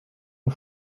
ont